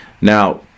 now